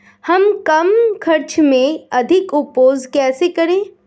हम कम खर्च में अधिक उपज कैसे करें?